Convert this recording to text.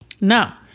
Now